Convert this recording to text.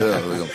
נכון.